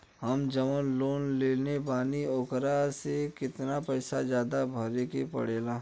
हम जवन लोन लेले बानी वोकरा से कितना पैसा ज्यादा भरे के पड़ेला?